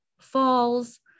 falls